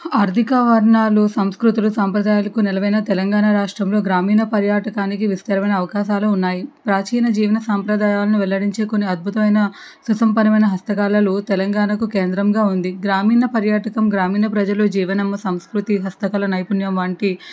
ఆర్థిక వర్ణాలు సంస్కృతులు సాంప్రదాయాలకు నెలవైన తెలంగాణ రాష్ట్రంలో గ్రామీణ పర్యాటకానికి విస్తారమైన అవకాశాలు ఉన్నాయి ప్రాచీన జీవన సాంప్రదాయాలను వెల్లడించే కొన్ని అద్బుతమైన సుసంపన్నమైన హస్తకళలు తెలంగాణకు కేంద్రంగా ఉంది గ్రామీణ పర్యాటకం గ్రామీణ ప్రజలు జీవనం సంస్కృతి హస్తకళా నైపుణ్యం వంటి